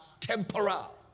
temporal